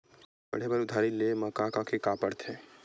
पढ़े बर उधारी ले मा का का के का पढ़ते?